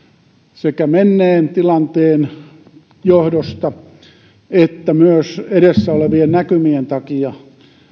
sekä menneen tilanteen johdosta että myös edessä olevien näkymien takia